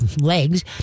legs